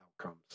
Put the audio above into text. outcomes